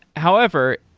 however,